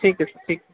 ٹھیک ہے سر ٹھیک